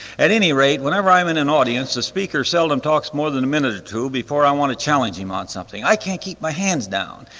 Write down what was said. at any rate, whenever i'm in an audience the speaker seldom talks more than a minute or two before i want to challenge him on something. i can't keep my hands down.